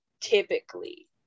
typically